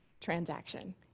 Transaction